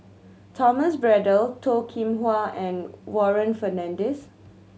Thomas Braddell Toh Kim Hwa and Warren Fernandez